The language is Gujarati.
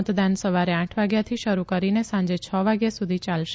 મતદાન સવારે આઠ વાગ્યાથી શરૂ કરીને સાંજે છ વાગ્યા સુધી યાલશે